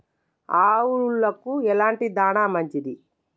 ఆవులకు ఎలాంటి దాణా మంచిది?